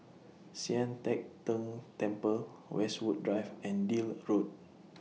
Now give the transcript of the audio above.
Sian Teck Tng Temple Westwood Drive and Deal Road